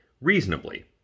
reasonably